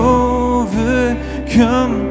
overcome